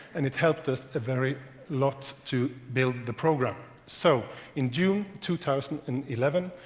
and it helped us a very lot to build the program. so in june two thousand and eleven,